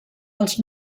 els